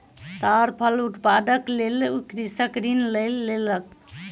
ताड़ फल उत्पादनक लेल कृषक ऋण लय लेलक